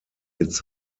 its